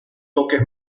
toques